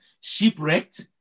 shipwrecked